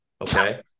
okay